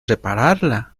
repararla